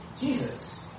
Jesus